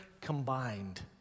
combined